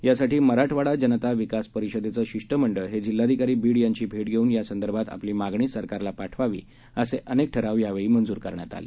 यासाठीमराठवाडाजनताविकासपरिषदेचेशिष्टमंडळहेजिल्हाधिकारीबीडयांचीभेटघेऊन यासंदर्भातआपलीमागणीसरकारलापाठवावीअसेअनेकठरावयावेळीमंजुरकरण्यातआले